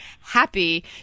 happy